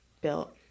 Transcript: Built